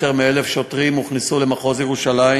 יותר מ-1,000 שוטרים הוכנסו למחוז ירושלים,